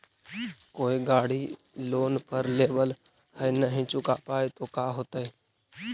कोई गाड़ी लोन पर लेबल है नही चुका पाए तो का होतई?